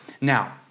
now